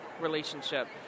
relationship